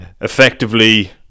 effectively